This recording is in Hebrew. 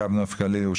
בקו נוף הגליל-ירושלים,